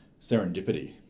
serendipity